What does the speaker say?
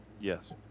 yes